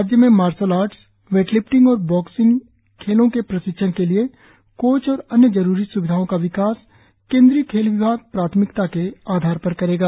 राज्य में martial arts weightlifting और बॉक्सिंग खेलों के प्रशिक्षण के लिए कोच और अन्य जरुरी सुविधाओं का विकास केंद्रीय खेल विभाग प्राथमिकता के आधार पर करेगा